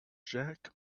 jack